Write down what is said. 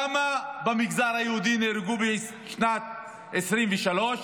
כמה נהרגו במגזר היהודי בשנת 2023?